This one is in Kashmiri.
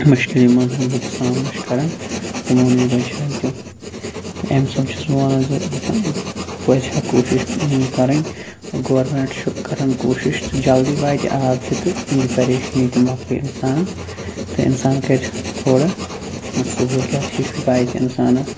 مُشکِل یِمَن ہُنٛد لُکھ سامنہٕ چھِ کَران تِمو نِش بَچہٕ ہَن تِم تہٕ اَمہِ حِساب چھُس بہٕ وَنان زِ لُکَن پَزِ ہا کوٗشِش کَرٕنۍ گورمٮ۪نٛٹ چھُ کَران کوٗشِش تہٕ جلدی واتہِ آب تہِ تہٕ یہِ پریشٲنی تہِ مۄکلہِ اِنسانَس تہٕ اِنسان کَرِ تھوڑا سہوٗلیت ہِش واتہِ اِنسانَس